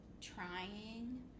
trying